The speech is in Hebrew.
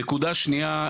נקודה שנייה,